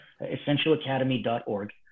essentialacademy.org